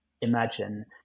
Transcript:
imagine